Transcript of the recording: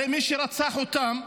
הרי מי שרצח אותם,